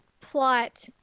plot